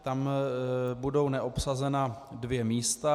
Tam budou neobsazena dvě místa.